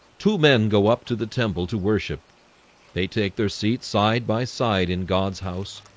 two men go up to the temple to worship they take their seats side by side in god's house.